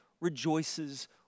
rejoices